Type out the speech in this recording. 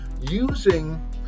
using